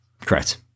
Correct